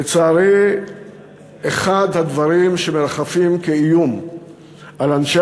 לצערי אחד הדברים שמרחפים כאיום על אנשי